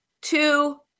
Two